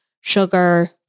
sugar